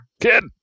Kid